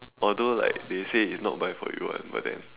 although like they say it's not buy for you [one] but then